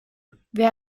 wer